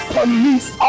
police